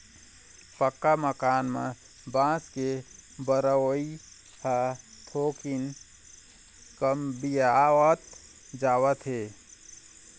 पक्का मकान म बांस के बउरई ह थोकिन कमतीयावत जावत हे